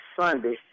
Sunday